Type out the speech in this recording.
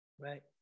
right